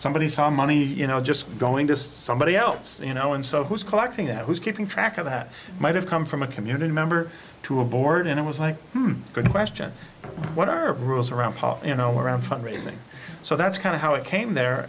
somebody saw money you know just going to somebody else you know and so who's collecting that who's keeping track of that might have come from a community member to a board and i was like good question what are rules around you know around fundraising so that's kind of how it came there